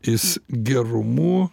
jis gerumu